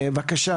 בבקשה,